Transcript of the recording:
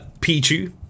Pichu